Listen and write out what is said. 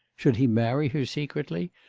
should he marry her secretly,